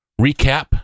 recap